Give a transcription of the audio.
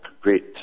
great